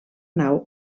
nau